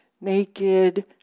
naked